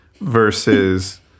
versus